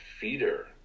feeder